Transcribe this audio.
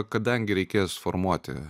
kadangi reikės formuoti